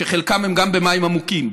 שחלקן הן גם במים עמוקים,